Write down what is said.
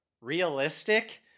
realistic